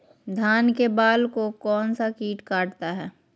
धान के बाल को कौन सा किट काटता है?